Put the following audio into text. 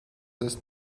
das